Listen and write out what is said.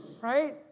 Right